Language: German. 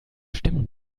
stimmen